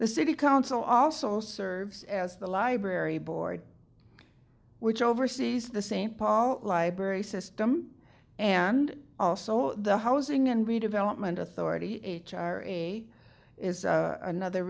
the city council also serves as the library board which oversees the same paul library system and also the housing and redevelopment authority h r a is another